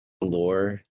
lore